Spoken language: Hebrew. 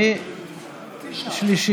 נא להצביע.